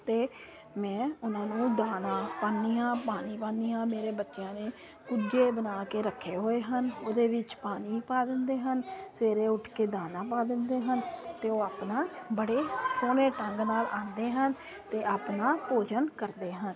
ਅਤੇ ਮੈਂ ਉਹਨਾਂ ਨੂੰ ਦਾਣਾ ਪਾਨੀ ਆ ਪਾਣੀ ਪਾਨੀ ਆ ਮੇਰੇ ਬੱਚਿਆਂ ਨੇ ਕੁੱਜੇ ਬਣਾ ਕੇ ਰੱਖੇ ਹੋਏ ਹਨ ਉਹਦੇ ਵਿੱਚ ਪਾਣੀ ਪਾ ਦਿੰਦੇ ਹਨ ਸਵੇਰੇ ਉੱਠ ਕੇ ਦਾਣਾ ਪਾ ਦਿੰਦੇ ਹਨ ਅਤੇ ਉਹ ਆਪਣਾ ਬੜੇ ਸੋਹਣੇ ਢੰਗ ਨਾਲ ਆਉਂਦੇ ਹਨ ਅਤੇ ਆਪਣਾ ਭੋਜਨ ਕਰਦੇ ਹਨ